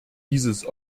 diese